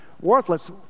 worthless